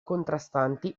contrastanti